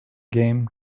game